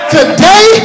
Today